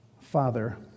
Father